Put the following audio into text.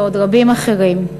ועוד רבים אחרים.